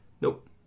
nope